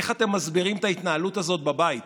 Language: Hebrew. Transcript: איך את מסבירים את ההתנהלות הזאת בבית?